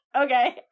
okay